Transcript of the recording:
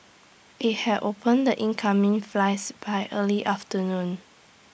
IT had opened the incoming flights by early afternoon